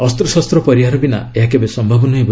ଅସ୍ତ୍ରଶସ୍ତ୍ର ପରିହାର ବିନା ଏହା କେବେ ସମ୍ଭବ ନୁହେଁ